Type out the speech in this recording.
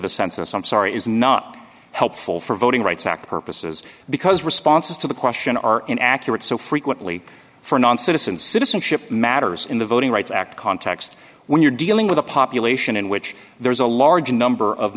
the census i'm sorry is not helpful for voting rights act purposes because responses to the question are in accurate so frequently for non citizen citizenship matters in the voting rights act context when you're dealing with a population in which there is a large number of